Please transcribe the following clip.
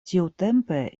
tiutempe